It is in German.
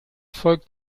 folgt